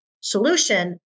solution